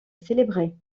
célébré